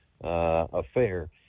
affair